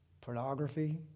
pornography